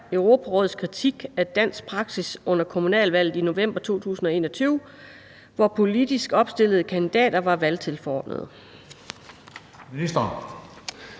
Europarådets kritik af dansk praksis under kommunalvalget i november 2021, hvor politisk opstillede kandidater var valgtilforordnede?